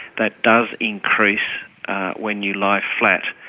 that does increase when you lie flat.